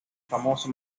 famoso